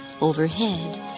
Overhead